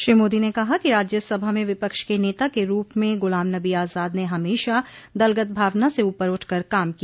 श्री मोदी ने कहा कि राज्यसभा में विपक्ष के नेता के रूप में गुलाम नबी आजाद ने हमेशा दलगत भावना से ऊपर उठकर काम किया